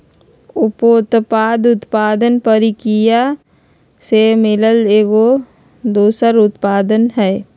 उपोत्पाद उत्पादन परकिरिया से मिलल एगो दोसर उत्पाद हई